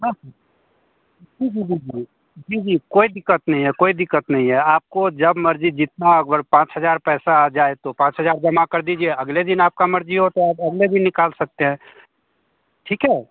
हाँ जी जी जी जी जी जी कोई दिक्कत नइ है कोई दिक्कत नहीं है आपको जब मर्ज़ी जितना अगोर पाँच हज़ार पैसा आ जाए तो पाँच हज़ार जमा कर दीजिए अगले दिन आपका मर्ज़ी हो तो आप अगले दिन निकाल सकते हैं ठीक है